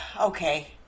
Okay